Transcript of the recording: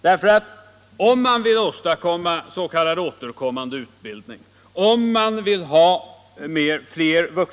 Vuxenutbildningen, Vill man åstadkomma s.k. återkommande utbildning — få fler vuxm.m.